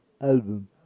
album